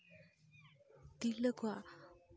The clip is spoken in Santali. ᱛᱤᱨᱞᱟᱹ ᱠᱚᱣᱟᱜ